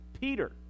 Peter